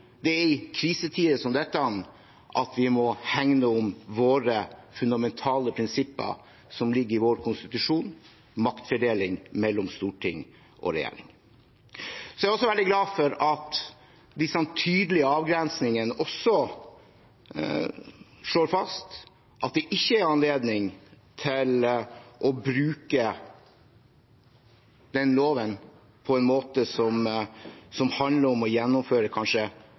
det er i krisetider som dette at vi må hegne om våre fundamentale prinsipper som ligger i vår konstitusjon: maktfordeling mellom storting og regjering. Jeg er veldig glad for at disse tydelige avgrensningene også slår fast at det ikke er anledning til å bruke loven på en måte som handler om å gjennomføre en – kanskje